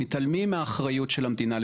מתעלמים מהאחריות של המדינה לתכנן,